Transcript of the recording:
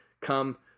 come